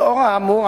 לאור האמור,